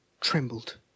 trembled